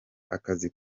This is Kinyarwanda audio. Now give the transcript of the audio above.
akazi